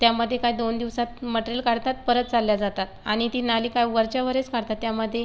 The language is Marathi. त्यामध्ये काय दोन दिवसात मटेरियल काढतात परत चालले जातात आणि ती नाली काय वरच्यावरच काढतात त्यामध्ये